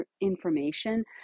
information